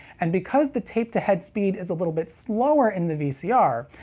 and because the tape-to-head speed is a little bit slower in the vcr,